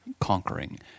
conquering